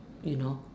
you know